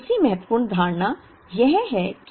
दूसरी महत्वपूर्ण धारणा यह है कि